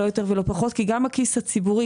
לא יותר ולא פחות כי גם הכיס הציבורי,